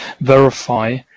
verify